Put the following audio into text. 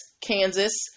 Kansas